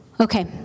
Okay